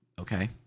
Okay